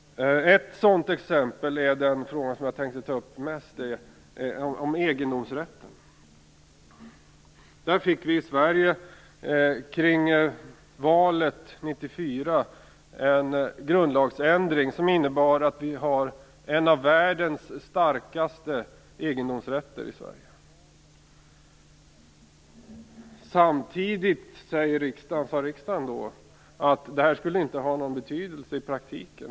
Ett sådant exempel är den fråga som jag tänkte ta upp, nämligen egendomsrätten. I Sverige fick vi kring valet 1994 en grundlagsändring som innebar att Sverige nu har en av världens starkaste egendomsrätter. Samtidigt sade riksdagen då att detta i praktiken inte skulle ha någon betydelse.